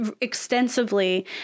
extensively